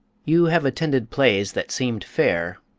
you have attended plays that seemed fair,